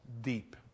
deep